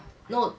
no